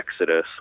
Exodus